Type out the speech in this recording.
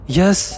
yes